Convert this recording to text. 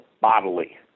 bodily